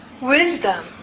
Wisdom